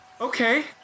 Okay